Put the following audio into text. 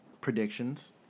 predictions